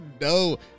no